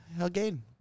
again